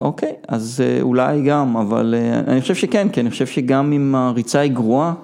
אוקיי, אז אולי גם, אבל אני חושב שכן, כן, אני חושב שגם אם הריצה היא גרועה,